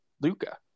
Luca